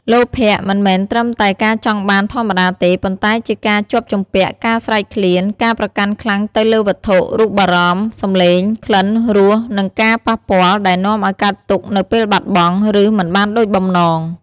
លោភៈ មិនមែនត្រឹមតែការចង់បានធម្មតាទេ ប៉ុន្តែជាការជាប់ជំពាក់ ការស្រេកឃ្លាន ការប្រកាន់ខ្លាំងទៅលើវត្ថុ រូបារម្មណ៍ សំឡេង ក្លិន រស និងការប៉ះពាល់ ដែលនាំឱ្យកើតទុក្ខនៅពេលបាត់បង់ ឬមិនបានដូចបំណង។